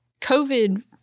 COVID